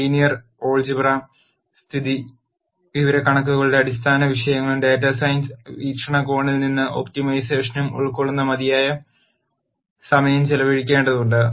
linear algebra സ്ഥിതിവിവരക്കണക്കുകളുടെ അടിസ്ഥാന വിഷയങ്ങളും ഡാറ്റാ സയൻസ് വീക്ഷണകോണിൽ നിന്ന് ഒപ്റ്റിമൈസേഷനും ഉൾക്കൊള്ളുന്ന മതിയായ സമയം ചെലവഴിക്കേണ്ടതുണ്ട്